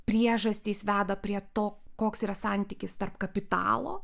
priežastys veda prie to koks yra santykis tarp kapitalo